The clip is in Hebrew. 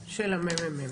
של הממ"מ.